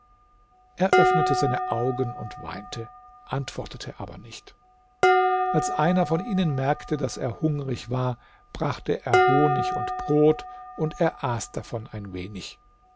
öffnete seine augen und weinte antwortete aber nicht als einer von ihnen merkte daß er hungrig war brachte er honig und brot und er aß davon ein wenig